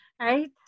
right